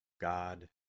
God